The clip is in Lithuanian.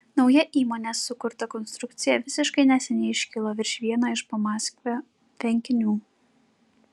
nauja įmonės sukurta konstrukcija visiškai neseniai iškilo virš vieno iš pamaskvio tvenkinių